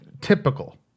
typical